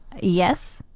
yes